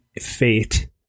fate